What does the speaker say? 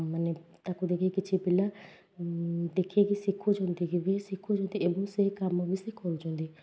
ମାନେ ତାକୁ ଦେଖିକି କିଛି ପିଲା ଦେଖିକି ଶିଖୁଛନ୍ତି କି ବି ଶିଖୁଛନ୍ତି ଏବଂ ସେ କାମ ବି ସେ କରୁଛନ୍ତି